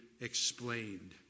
explained